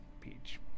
Peach